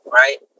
right